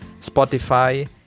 Spotify